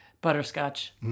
Butterscotch